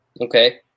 Okay